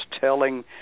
telling